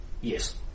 Yes